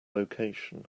location